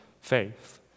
faith